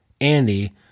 Andy